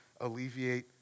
alleviate